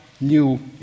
new